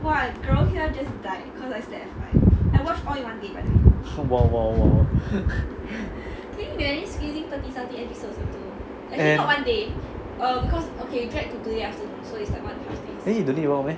!wow! !wow! !wow! and then you don't need work meh